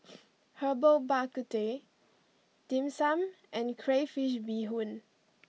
Herbal Bak Ku Teh Dim Sum and Crayfish Beehoon